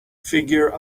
figure